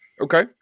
Okay